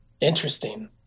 Interesting